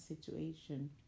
situation